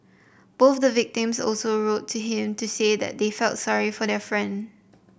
both the victims also wrote to him to say that they felt sorry for their friend